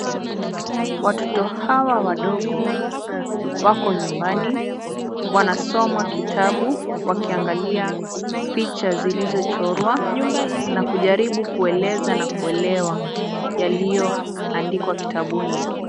Watoto hawa wadogo wako nyumbani wanasoma kitabu wakiangalia picha zilizochorwa na kujaribu kueleza na kuelewa yaliyoandikwa kitabuni.